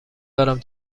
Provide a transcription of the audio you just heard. دارم